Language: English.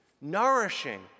nourishing